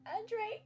Andre